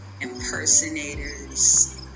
impersonators